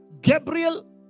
Gabriel